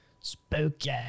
Spooky